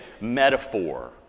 metaphor